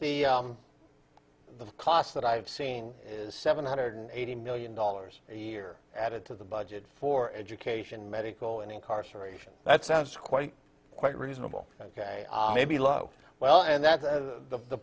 the the costs that i have seen seven hundred eighty million dollars a year added to the budget for education medical and incarceration that sounds quite quite reasonable maybe low well and that's the